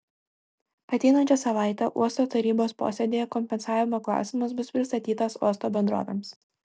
ateinančią savaitę uosto tarybos posėdyje kompensavimo klausimas bus pristatytas uosto bendrovėms